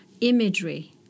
imagery